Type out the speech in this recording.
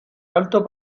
alto